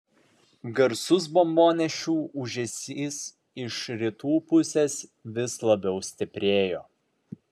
garsus bombonešių ūžesys iš rytų pusės vis labiau stiprėjo